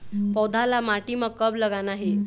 पौधा ला माटी म कब लगाना हे?